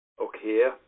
Okay